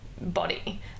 body